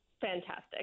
fantastic